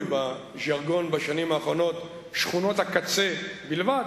בז'רגון בשנים האחרונות "שכונות הקצה" בלבד,